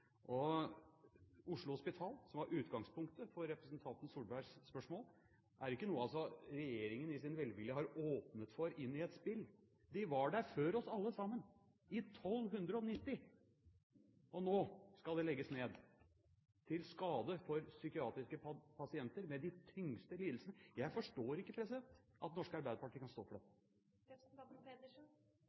institusjoner. Oslo Hospital, som var utgangspunktet for representanten Solbergs spørsmål, er ikke noe regjeringen i sin velvilje har åpnet for i et spill. De var der før oss alle sammen – i 1290! Og nå skal det legges ned, til skade for psykiatriske pasienter med de tyngste lidelsene. Jeg forstår ikke at Det norske Arbeiderparti kan stå for dette. Når vi deler ut tilbud og kontrakter, det